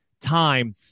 time